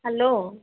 hello